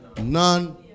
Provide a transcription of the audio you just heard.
None